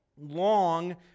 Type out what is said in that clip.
long